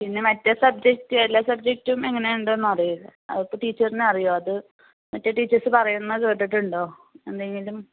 പിന്നെ മറ്റേ സബ്ജറ്റ് എല്ലാം സബ്ജറ്റും എങ്ങനേണ്ട്ന്ന് അറിയില്ലേ ടീച്ചറിന് അറിയോ അത് മറ്റേ ടീച്ചേഴ്സ് പറയുന്ന കേട്ടിട്ടുണ്ടോ എന്തെങ്കിലും